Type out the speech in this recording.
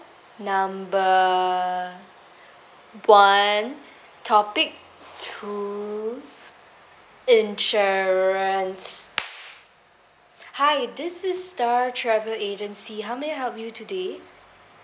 number one topic two insurance hi this is star travel agency how may I help you today